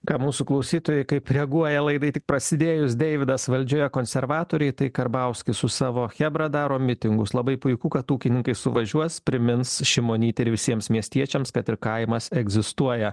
ką mūsų klausytojai kaip reaguoja laidai tik prasidėjus deividas valdžioje konservatoriai tai karbauskis su savo chebra daro mitingus labai puiku kad ūkininkai suvažiuos primins šimonytę ir visiems miestiečiams kad ir kaimas egzistuoja